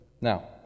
Now